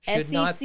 SEC